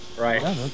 Right